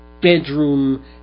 bedroom